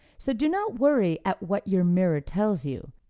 so do not worry at what your mirror tells you.